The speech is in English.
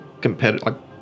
competitive